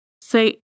say